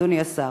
אדוני השר.